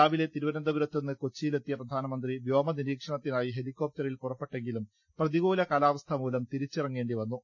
രാവിലെ തിരുവനന്തപുരത്തുനിന്ന് കൊച്ചിയിലെത്തിയ പ്രധാനമന്ത്രി വ്യോമനിരീക്ഷണത്തിനായി ഹെലിക്കോപ്റ്ററിൽ പുറപ്പെട്ടെങ്കിലും പ്രതി കൂല കാലാവസ്ഥമൂലം തിരിച്ചിറങ്ങേണ്ടിവന്നു